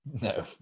no